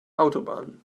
autobahn